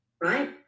right